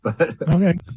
Okay